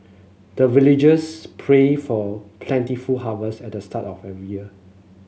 the villagers pray for plentiful harvest at the start of every year